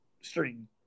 string